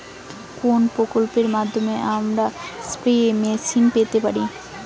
কোন প্রকল্পের মাধ্যমে আমরা স্প্রে মেশিন পেতে পারি?